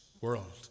world